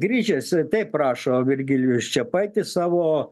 grįžęs taip prašo virgilijus čepaitis savo